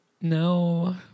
No